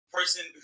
person